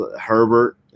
Herbert